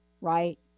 right